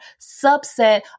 subset